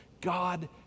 God